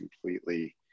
completely